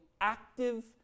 active